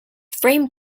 framed